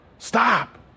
Stop